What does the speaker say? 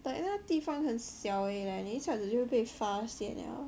like 那个地方很小 eh leh 你一下子就被发现了